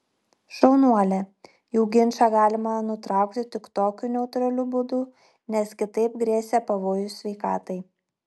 šaunuolė jų ginčą galima nutraukti tik tokiu neutraliu būdu nes kitaip grėsė pavojus sveikatai